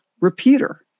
repeater